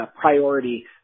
priority